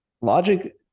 Logic